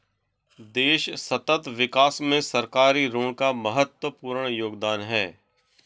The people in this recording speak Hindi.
देश सतत विकास में सरकारी ऋण का महत्वपूर्ण योगदान है